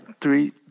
three